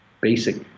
basic